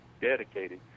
dedicated